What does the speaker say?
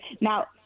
now